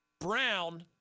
Brown